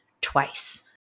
twice